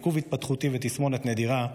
עיכוב התפתחותי ותסמונת נדירה,